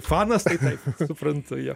fanas tai tai suprantu jo